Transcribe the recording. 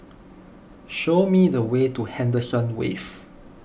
show me the way to Henderson Wave